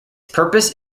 purpose